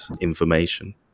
information